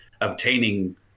obtaining